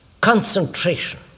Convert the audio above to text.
concentration